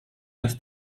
las